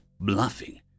bluffing